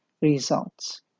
results